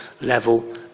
level